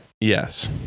Yes